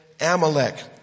Amalek